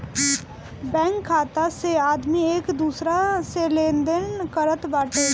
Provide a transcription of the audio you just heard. bank खाता से आदमी एक दूसरा से लेनदेन करत बाटे